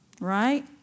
Right